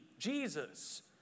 Jesus